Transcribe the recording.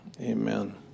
Amen